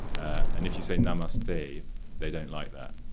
and if you say namaste, they they don't like that.